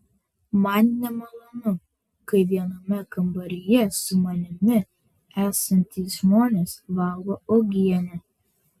man nemalonu kai viename kambaryje su manimi esantys žmonės valgo uogienę